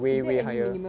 is there any minimum